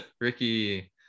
Ricky